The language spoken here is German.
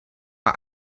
war